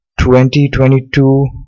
2022